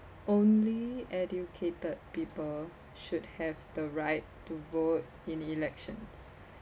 only educated people should have the right to vote in elections